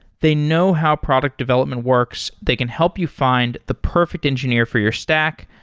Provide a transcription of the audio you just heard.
they know how product development works. they can help you find the perfect engineer for your stack,